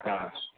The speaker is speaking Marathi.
हां